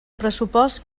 pressupost